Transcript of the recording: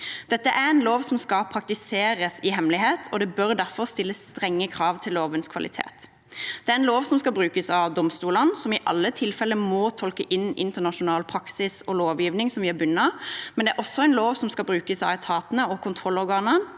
Dette er en lov som skal praktiseres i hemmelighet, og det bør derfor stilles strenge krav til lovens kvalitet. Det er en lov som skal brukes av domstolene, som i alle tilfeller må tolke inn internasjonal praksis og lovgivning som vi er bundet av. Men det er også en lov som skal brukes av etatene og kontrollorganene,